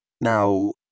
Now